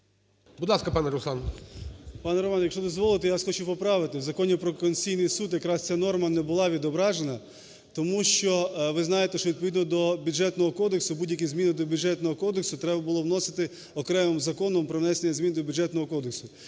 КНЯЗЕВИЧ Р.П. Пане Романе, якщо дозволите, я хочу вас поправити, в Законі "Про Конституційний Суд" якраз ця норма не була відображена, тому що ви знаєте, що відповідно до Бюджетного кодексу будь-які зміни до Бюджетного кодексу треба було вносити окремим законом про внесення змін до Бюджетного кодексу.